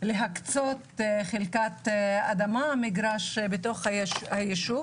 להקצות חלקת אדמה, מגרש בתוך הישוב.